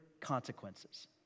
consequences